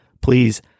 please